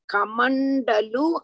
Kamandalu